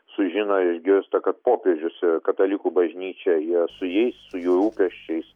sužino išgirsta kad popiežius katalikų bažnyčia yra su jais su jų rūpesčiais